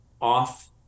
off